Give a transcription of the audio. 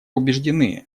убеждены